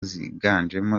ziganjemo